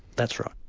that's right.